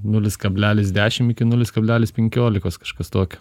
nulis kablelis dešim iki nulis kablelis penkiolikos kažkas tokio